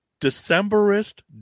Decemberist